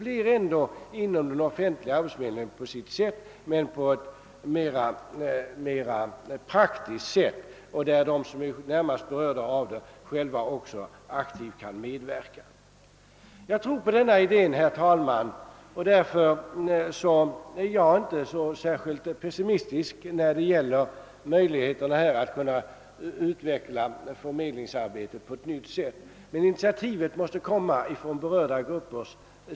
En dylik samordnad förmedling kommer ändå på sitt sätt att stå under den offentliga arbetsförmedlingen, men det blir en mera praktisk lösning. De närmast berörda kan också själva aktivt medverka inom en sådan organisation. Jag tror, herr talman, på denna idé, och därför är jag inte så särskilt pessimistisk när det gäller möjligheterna att kunna utveckla förmedlingsarbetet på ett nytt sätt. Initiativet måste dock komma från berörda grupper.